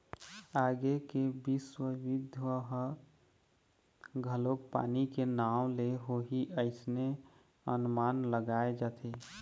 आगे के बिस्व युद्ध ह घलोक पानी के नांव ले होही अइसने अनमान लगाय जाथे